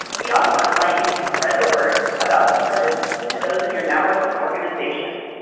we also invite you to spread the word about the service to those in your networks and organizations.